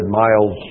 miles